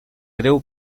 greu